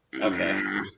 Okay